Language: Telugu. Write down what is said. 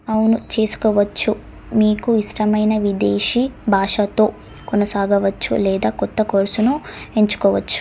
అవును చేసుకోవచ్చు మీకు ఇష్టమైన విదేశీ భాషతో కొనసాగవచ్చు లేదా కొత్త కోర్సును ఎంచుకోవచ్చు